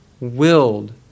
willed